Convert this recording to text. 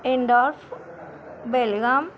इंदॉर्फ बेलगाम